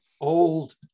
old